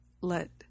let